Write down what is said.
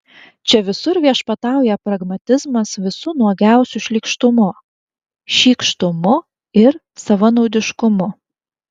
čia visur viešpatauja pragmatizmas visu nuogiausiu šlykštumu šykštumu ir savanaudiškumu